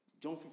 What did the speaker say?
John